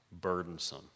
burdensome